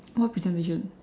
what presentation